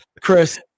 chris